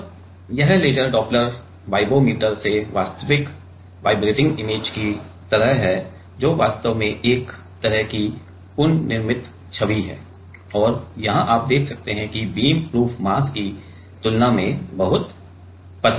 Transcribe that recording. और यह laser Doppler vibrometer से वास्तविक वाइब्रेटिंग इमेज की तरह है जो वास्तव में एक तरह की पुनर्निर्मित छवि है और यहां आप देख सकते हैं कि बीम प्रूफ मास की तुलना में बहुत पतले हैं